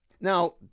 Now